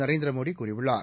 நரேந்திரமோடி கூறியுள்ளார்